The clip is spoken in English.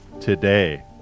today